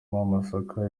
w’amasaka